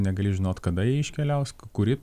negali žinot kada jie iškeliaus kuri